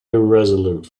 irresolute